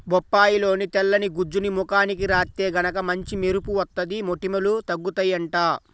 బొప్పాయిలోని తెల్లని గుజ్జుని ముఖానికి రాత్తే గనక మంచి మెరుపు వత్తది, మొటిమలూ తగ్గుతయ్యంట